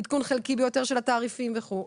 עדכון חלקי ביותר של התעריפים וכו'.